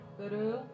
guru